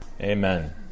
amen